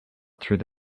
through